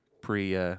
pre